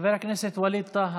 חבר הכנסת ווליד טאהא.